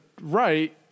right